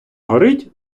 горить